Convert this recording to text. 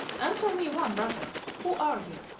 answer me one rather who are you?